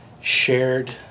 shared